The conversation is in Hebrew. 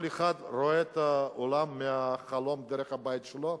כל אחד רואה את העולם דרך החלון בבית שלו,